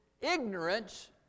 ignorance